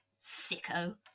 Sicko